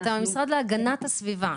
אתם המשרד להגנת הסביבה,